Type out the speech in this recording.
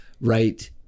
right